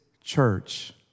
church